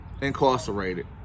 incarcerated